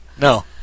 No